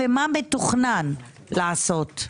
ומה מתוכנן לעשות.